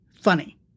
funny